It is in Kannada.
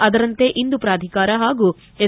ಅದರಂತೆ ಇಂದು ಪ್ರಾಧಿಕಾರ ಹಾಗೂ ಎಸ್